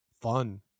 fun